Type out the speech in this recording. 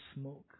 smoke